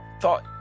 thought